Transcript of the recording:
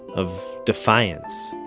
of defiance,